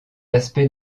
aspect